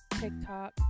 tiktok